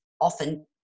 often